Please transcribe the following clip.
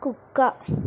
కుక్క